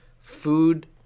food